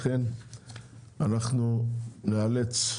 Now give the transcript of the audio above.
לכן אנחנו ניאלץ,